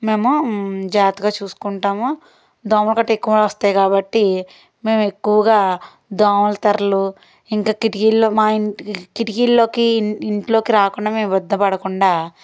మేము జాగ్రత్తగా చూసుకుంటాము దోమ గట్ర ఎక్కువ వస్తాయి కాబట్టి మేము ఎక్కువగా దోమల తెరలు ఇంకా కిటికీల్లోకి మా ఇంటి కిటికీల్లోకి ఇం ఇంట్లోకి రాకుండా మేము ఉద్దపడకుండా